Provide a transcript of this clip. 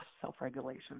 self-regulation